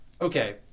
okay